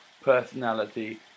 personality